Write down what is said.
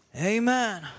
Amen